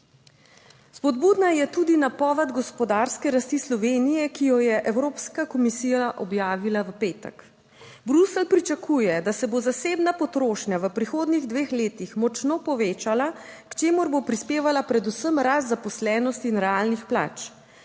Spodbudna je tudi napoved gospodarske rasti Slovenije, ki jo je evropska komisija objavila v petek, Bruselj pričakuje, da se bo zasebna potrošnja v prihodnjih dveh letih močno povečala, k čemur bo prispevala predvsem rast zaposlenosti in realnih plač.